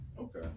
Okay